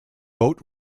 boat